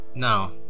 Now